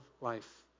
life